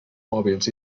mòbils